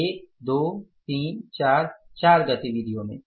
1 2 3 4 चार गतिविधियाँ में